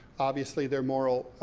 obviously, their moral,